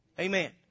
Amen